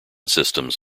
systems